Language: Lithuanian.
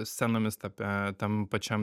scenomis tape tam pačiam